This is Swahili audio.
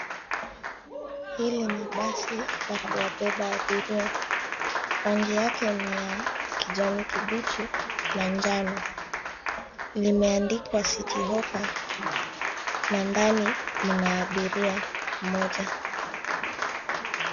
Hili ni basi la kuwabebea abiria. Rangi yake ni ya kijani kibichi na njano, limeandikwa City Hoppa na ndani mna abiria mmoja.